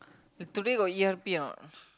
today got E_R_P or not